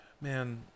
Man